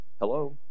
Hello